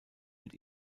mit